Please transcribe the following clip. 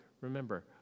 Remember